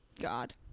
god